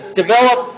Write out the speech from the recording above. develop